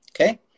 okay